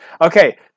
Okay